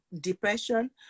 depression